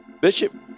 Bishop